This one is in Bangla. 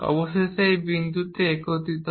অবশেষে এই বিন্দুতে একত্রিত হয়